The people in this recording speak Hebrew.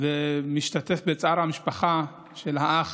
ומשתתף בצער המשפחה של האח